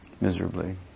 miserably